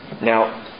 Now